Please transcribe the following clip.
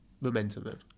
momentum